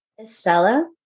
Estella